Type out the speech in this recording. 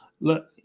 Look